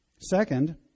Second